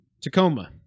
Tacoma